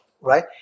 right